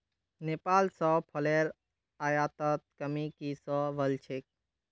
नेपाल स फलेर आयातत कमी की स वल छेक